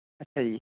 ਅੱਛਾ ਜੀ